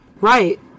Right